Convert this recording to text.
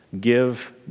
Give